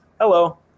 Hello